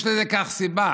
יש לכך סיבה.